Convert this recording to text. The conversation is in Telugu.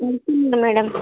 ఉంటుంది మ్యాడమ్